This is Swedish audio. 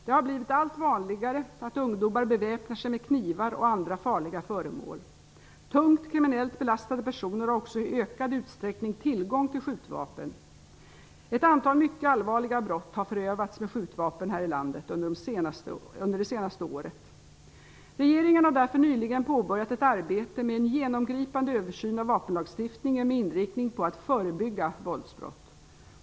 Det har blivit allt vanligare att ungdomar beväpnar sig med knivar och andra farliga föremål. Tungt kriminellt belastade personer har också i ökad utsträckning tillgång till skjutvapen. Ett antal mycket allvarliga brott har förövats med skjutvapen här i landet under det senaste året. Regeringen har därför nyligen påbörjat ett arbete med en genomgripande översyn av vapenlagstiftningen med inriktning på att förebygga våldsbrott.